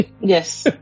Yes